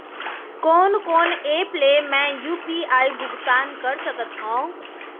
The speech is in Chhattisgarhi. कोन कोन एप ले मैं यू.पी.आई भुगतान कर सकत हओं?